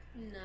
No